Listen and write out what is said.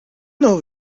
know